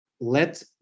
let